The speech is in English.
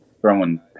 throwing